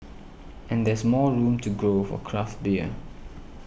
and there's more room to grow for craft beer